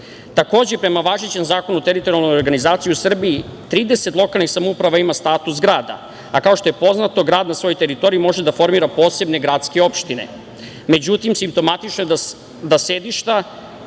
prema važećem Zakonu o teritorijalnoj organizaciji u Srbiji 30 lokalnih samouprava ima status grada, a kao što je poznato, grad na svojoj teritoriji može da formira posebne gradske opštine.Međutim, simptomatično je da sedišta